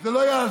זה לא יעזור.